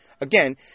Again